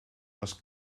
was